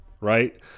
right